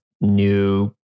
new